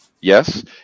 yes